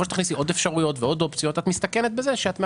ככל שתכניסי עוד אפשרויות ועוד אופציות את מסתכנת בכך שאת מעכבת.